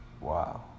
Wow